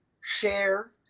share